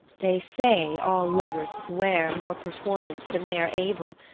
they say all lovers swear more performance than they are able,